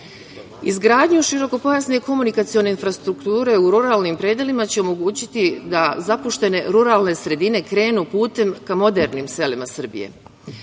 Izgradnju širokopojasne komunikacione infrastrukture u ruralnim predelima će omogućiti da zapuštene ruralne sredine krenu putem ka modernim selima Srbije.